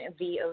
VOC